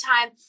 time